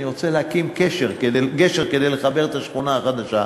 אני רוצה להקים גשר כדי לחבר את השכונה החדשה.